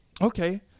okay